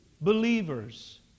believers